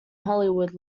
hollywood